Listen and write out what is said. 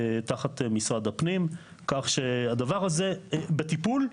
תחת משרד הפנים, כך שהדבר הזה בטיפול,